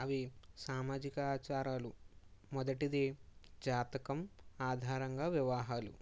అవి సామాజిక ఆచారాలు మొదటిది జాతకం ఆధారంగా వివాహాలు